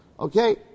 Okay